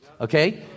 Okay